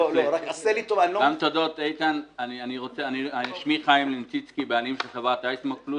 אני בעלים של חברת אייסמוק פלוס.